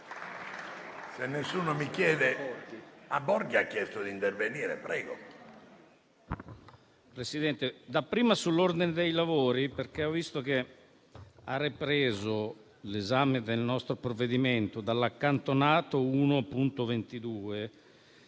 intervenire dapprima sull'ordine dei lavori perché ho visto che ha ripreso l'esame del nostro provvedimento dall'emendamento accantonato 1.22.